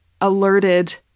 alerted